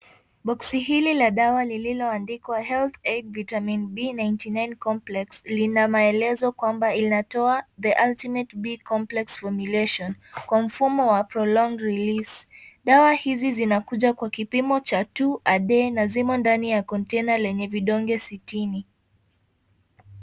Boxi hili la dawa lililoadikwa Health Aid Vitamin B99 Complex linamaelezo kwamba linatoa [The ultimate B complex formulation] kwa mfumo wa [Prolonged releif].Dawa hizi zinakuja kwa kipimo cha two a day na zimo ndani ya kontaina yenye vidonge sitini.